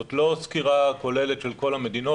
זאת לא סקירה כוללת של המדינות.